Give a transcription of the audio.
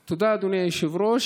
תודה, אדוני היושב-ראש.